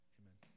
amen